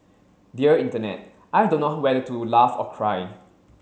dear Internet I don't know whether to laugh or cry